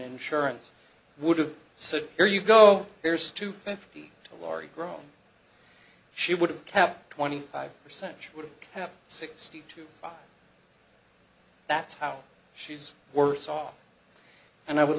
insurance would have said here you go here's two fifty to laurie grown she would have kept twenty five percent would have sixty two that's how she's worse off and i would